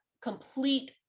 complete